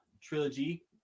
trilogy